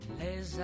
les